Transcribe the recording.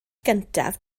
gyntaf